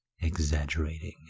exaggerating